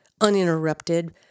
uninterrupted